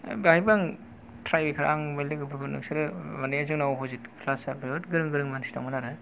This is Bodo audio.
बेहायबो आं टाइ ब्रेकार आं होनबाय लोगोफोरखौ नोंसोरो माने जोंनाव अप'जिट क्लास आ बहुत गोरों गोरों मानसि दंमोन आरो